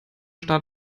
start